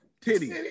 titty